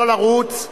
לא לרוץ.